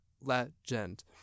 legend